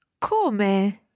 Come